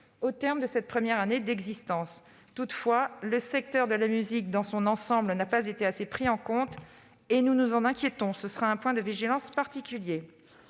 au terme de cette première année d'existence. Toutefois, le secteur de la musique, dans son ensemble, n'a pas été assez pris en compte et nous nous en inquiétons. Ce sera un point de vigilance particulier.